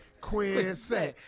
Quincy